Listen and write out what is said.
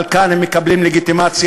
אבל כאן הם מקבלים לגיטימציה,